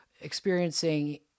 experiencing